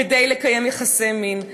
כדי לקיים יחסי מין.